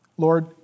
Lord